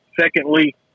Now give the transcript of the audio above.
secondly